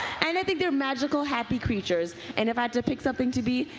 and i think they are magical happy creatures. and if i had to pick something to be,